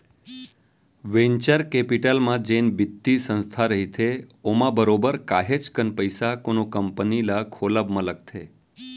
venture capital म जेन बित्तीय संस्था रहिथे ओमा बरोबर काहेच कन पइसा कोनो कंपनी ल खोलब म लगथे